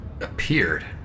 appeared